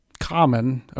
common